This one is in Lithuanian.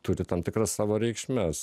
turi tam tikras savo reikšmes